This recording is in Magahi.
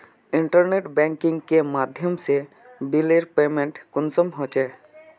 इंटरनेट बैंकिंग के माध्यम से बिलेर पेमेंट कुंसम होचे?